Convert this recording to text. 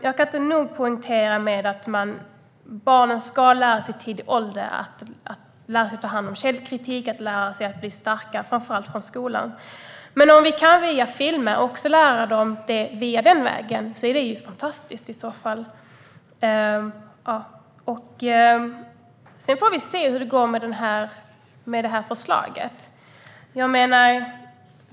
Jag kan inte nog poängtera att barnen i tidig ålder ska lära sig ta hand om källkritik och bli starka, framför allt genom skolan. Men om vi via filmen också kan lära dem det är det ju fantastiskt. Sedan får vi se hur det går med det här förslaget.